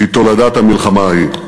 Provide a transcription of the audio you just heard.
היא תולדת המלחמה ההיא.